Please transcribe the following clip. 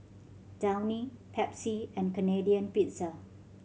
Downy Pepsi and Canadian Pizza